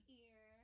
ear